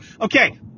okay